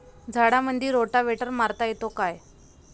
झाडामंदी रोटावेटर मारता येतो काय?